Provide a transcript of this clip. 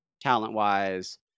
talent-wise